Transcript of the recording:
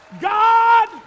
God